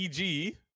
EG